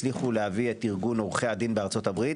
הצליחו להביא את ארגון עורכי הדין בארצות הברית